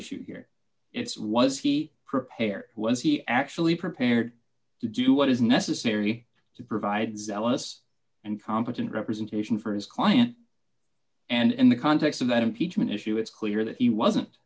issue here it's was he prepared was he actually prepared to do what is necessary to provide zealous and competent representation for his client and in the context of that impeachment issue it's clear that he wasn't